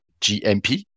GMP